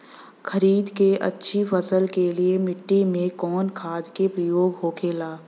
खरीद के अच्छी फसल के लिए मिट्टी में कवन खाद के प्रयोग होखेला?